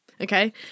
Okay